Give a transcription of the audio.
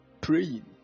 praying